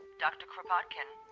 dr. kropotkin?